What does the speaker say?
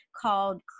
called